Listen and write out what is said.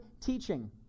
teaching